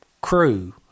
crew